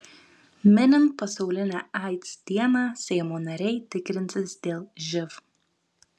minint pasaulinę aids dieną seimo nariai tikrinsis dėl živ